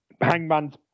hangman's